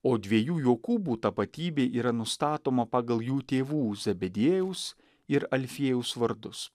o dviejų jokūbų tapatybė yra nustatoma pagal jų tėvų zebediejaus ir alfiejaus vardus